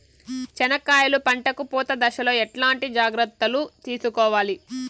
చెనక్కాయలు పంట కు పూత దశలో ఎట్లాంటి జాగ్రత్తలు తీసుకోవాలి?